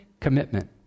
commitment